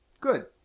good